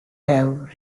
have